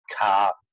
car